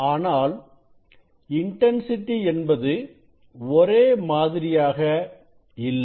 ஆனால் இன்டன்சிட்டி என்பது ஒரே மாதிரியாக இல்லை